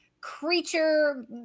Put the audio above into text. creature